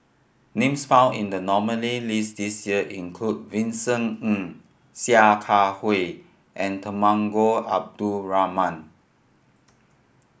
names found in the nominee list this year include Vincent Ng Sia Kah Hui and Temenggong Abdul Rahman